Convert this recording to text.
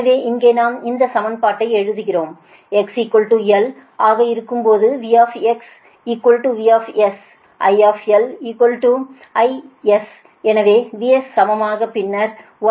எனவே இங்கே நாம் இந்த சமன்பாட்டை எழுதுகிறோம் x l ஆக இருக்கும்போது V VS I IS எனவேVS சமமாக பின்னர் γx பதிலாக போகும்